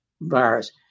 virus